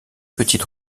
petites